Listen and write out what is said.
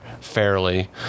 fairly